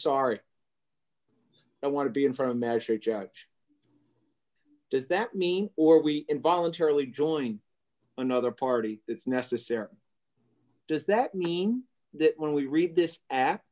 rry i want to be in front of measure judge does that mean or we in voluntarily joining another party it's necessary does that mean that when we read this act